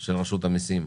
של רשות המיסים?